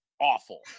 awful